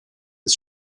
des